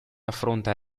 affronta